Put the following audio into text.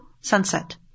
sunset